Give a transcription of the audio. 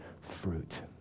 fruit